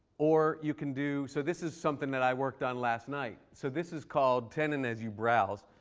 or you can do so this is something that i worked on last night. so this is called tenon as you browse.